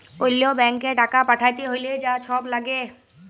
অল্য ব্যাংকে টাকা পাঠ্যাতে হ্যলে যা ছব ল্যাগে